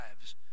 lives